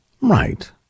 Right